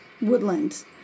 woodlands